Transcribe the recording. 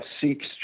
seeks